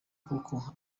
koko